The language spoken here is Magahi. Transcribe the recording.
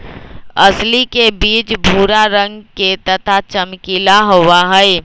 अलसी के बीज भूरा रंग के तथा चमकीला होबा हई